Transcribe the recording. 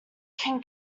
can